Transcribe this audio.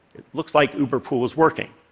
looks like uberpool is working.